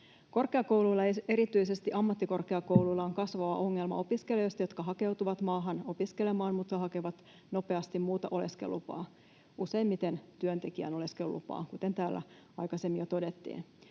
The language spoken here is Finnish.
erityisesti ammattikorkeakouluilla, on kasvava ongelma opiskelijoista, jotka hakeutuvat maahan opiskelemaan, mutta hakevat nopeasti muuta oleskelulupaa, useimmiten työntekijän oleskelulupaa, kuten täällä aikaisemmin jo todettiin.